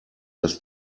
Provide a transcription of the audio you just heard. das